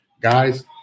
Guys